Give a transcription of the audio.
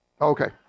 Okay